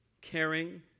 caring